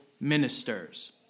ministers